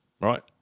right